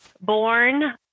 born